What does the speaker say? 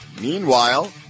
Meanwhile